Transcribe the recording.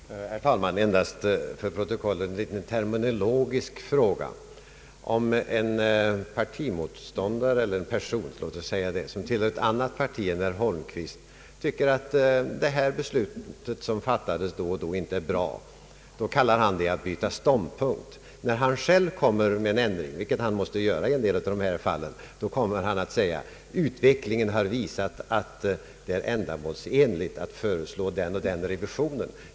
Herr talman! Jag vill bara få en terminologisk fråga till protokollet. Om en person som tillhör ett annat parti än herr Holmqvists tycker att beslut som då och då fattas inte är bra, så kallar herr Holmqvist det för att byta ståndpunkt. När han själv föreslår en ändring, vilket han kanske måste göra i en del av de här diskuterade fallen, då kommer han att säga att utvecklingen har visat att det är ändamålsenligt att föreslå den och den revisionen.